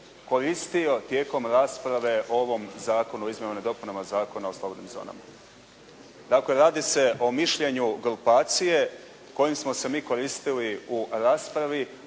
koristio tijekom rasprave o ovom Zakonu o izmjenama i dopunama Zakona o slobodnim zonama. Dakle, radi se o mišljenju grupacije kojim smo se mi koristili u raspravi,